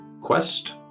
quest